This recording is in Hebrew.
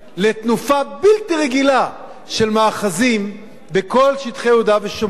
לתנופה בלתי רגילה של מאחזים בכל שטחי יהודה ושומרון.